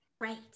Right